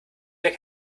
der